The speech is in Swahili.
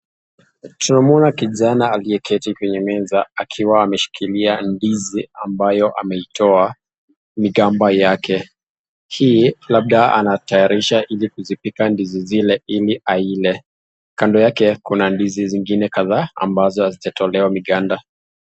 Tunaona kijana aliyeketi kwenye meza akiwa ameshikilia ndizi ambayo ameitoa migamba yake. Hii labda anatayarisha ili kuzipika ndizi zile ili aile. Kando yake kuna ndizi zingine kadhaa ambazo hazijatolewa m